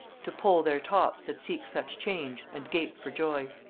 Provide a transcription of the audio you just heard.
to poll their tops that seek such change, and gape for joy.